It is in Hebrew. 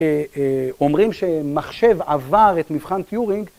אומרים שמחשב עבר את מבחן טיורינג,